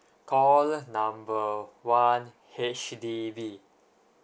call number one H_D_B